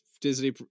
Disney